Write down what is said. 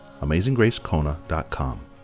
AmazingGraceKona.com